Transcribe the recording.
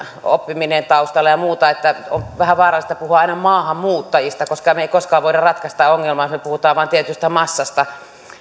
oppiminen taustalla ja muuta on vähän vaarallista puhua aina maahanmuuttajista koska me emme koskaan voi ratkaista ongelmaa jos me puhumme vain tietystä massasta